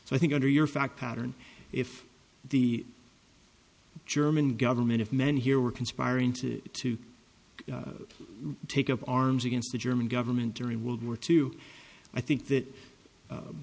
so i think under your fact pattern if the german government of men here were conspiring to to take up arms against the german government during world war two i think that